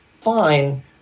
fine